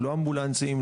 לא אמבולנסים,